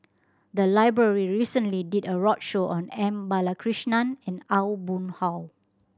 the library recently did a roadshow on M Balakrishnan and Aw Boon Haw